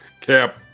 Cap